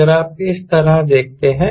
अगर आप इस तरह देखते हैं